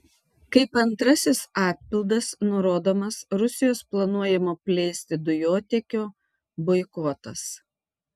kaip antrasis atpildas nurodomas rusijos planuojamo plėsti dujotiekio boikotas